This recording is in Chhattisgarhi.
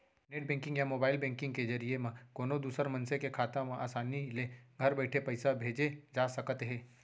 नेट बेंकिंग या मोबाइल बेंकिंग के जरिए म कोनों दूसर मनसे के खाता म आसानी ले घर बइठे पइसा भेजे जा सकत हे